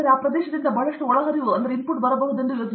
ಆ ಪ್ರದೇಶದಿಂದ ಬಹಳಷ್ಟು ಒಳಹರಿವು ಬರಬಹುದೆಂದು ಯೋಚಿಸಿ